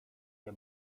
nie